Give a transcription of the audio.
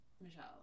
Michelle